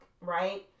right